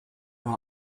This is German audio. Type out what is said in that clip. war